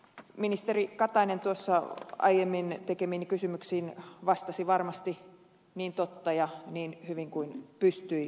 ministeri katainen tuossa aiemmin tekemiini kysymyksiin vastasi varmasti niin totta ja niin hyvin kuin pystyi